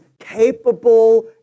capable